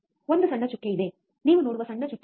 ಒಂದು ಸಣ್ಣ ಚುಕ್ಕೆ ಇದೆ ನೀವು ನೋಡುವ ಸಣ್ಣ ಚುಕ್ಕೆ ಇದೆ